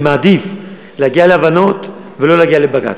אני מעדיף להגיע להבנות ולא להגיע לבג"ץ.